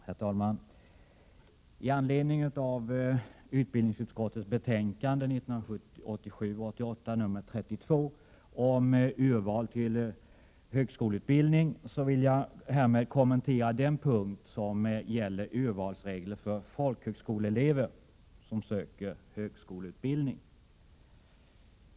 Herr talman! I anledning av utbildningsutskottets betänkande 1987/88:32 om urval m.m. till högskoleutbildning vill jag härmed kommentera den punkt som gäller urvalsregler för folkhögskoleelever som söker högskoleutbildning.